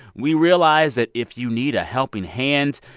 we realize that if you need a helping hand,